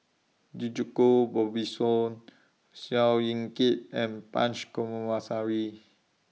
Djoko Wibiso Seow Yit Kin and Punch Coomaraswamy